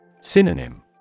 Synonym